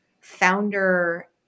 founder